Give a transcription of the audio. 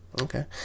Okay